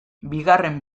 bigarren